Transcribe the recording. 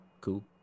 cool